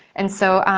and so,